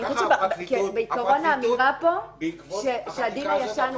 שגם כך הפרקליטות בעקבות החקיקה הזאת,